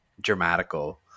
dramatical